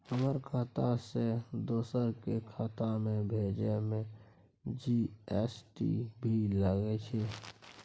हमर खाता से दोसर के खाता में भेजै में जी.एस.टी भी लगैछे?